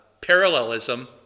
parallelism